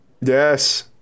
yes